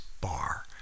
bar